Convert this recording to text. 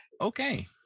okay